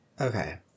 Okay